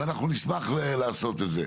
ואנחנו נשמע לעשות את זה.